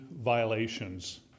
violations